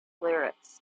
lyrics